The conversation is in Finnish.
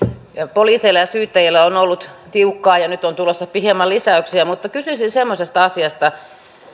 poliiseilla ja syyttäjillä on ollut tiukkaa ja nyt on tulossa hieman lisäyksiä mutta kysyisin semmoisesta asiasta